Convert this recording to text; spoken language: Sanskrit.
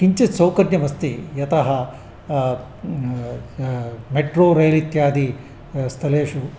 किञ्चित् सौकर्यमस्ति यतः मेट्रो रेल् इत्यादि स्थलेषु